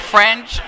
French